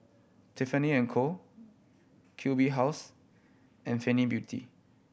Tiffany and Co Q B House and Fenty Beauty